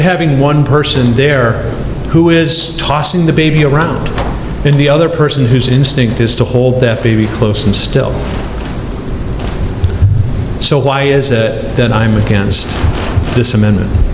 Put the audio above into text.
having one person there who is tossing the baby around in the other person who's instinct is to hold the baby close and still so why is it then i'm against this amendment and